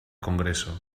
congreso